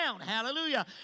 Hallelujah